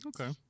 Okay